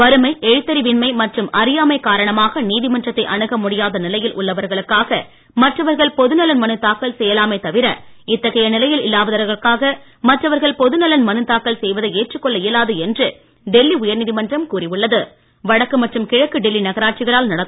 வறுமை எழுத்தறிவின்மை மற்றும் அறியாமை காரணமாக நீதிமன்றத்தை அணுக முடியாத நிலையில் உள்ளவர்களுக்காக மற்றவர்கள் பொது நலன் மனு தாக்கல் செய்யலாமே தவிர இத்தகைய நிலையில் இல்லாதவர்களுக்காக மற்றவர்கள் பொது நலன் மனு தாக்கல் செய்வதை ஏற்றுக் கொள்ள இயலாது என்று டெல்லி உயர்நீதிமன்றம் வடக்கு மற்றும் கிழக்கு டெல்லி நகராட்சிகளால் கூறியுள்ளது